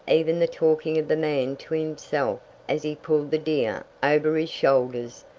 even the talking of the man to himself as he pulled the deer over his shoulders,